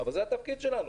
אבל זה התפקיד שלנו.